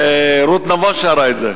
רות נבון שרה את זה.